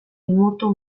limurtu